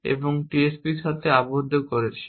এবং TSP এর সাথে আবদ্ধ করছি